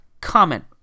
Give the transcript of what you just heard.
comment